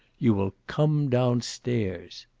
you will come down-stairs.